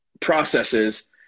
processes